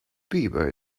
bieber